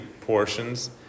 portions